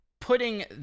putting